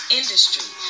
industry